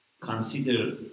consider